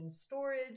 storage